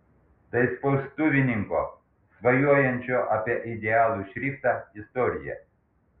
tai spaustuvininko svajojančio apie idealų šriftą istorija